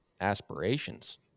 aspirations